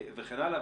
וכן הלאה.